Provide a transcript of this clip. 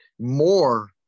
more